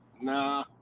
Nah